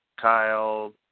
Kyle